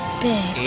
big